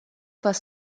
was